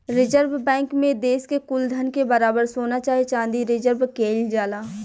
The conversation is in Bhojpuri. रिजर्व बैंक मे देश के कुल धन के बराबर सोना चाहे चाँदी रिजर्व केइल जाला